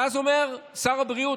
ואז אומר שר הבריאות,